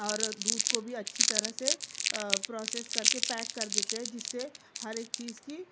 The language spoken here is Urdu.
اور دودھ کو بھی اچھی طرح سے پروسیس کر کے پیک دیتے ہیں جس سے ہر ایک چیز کی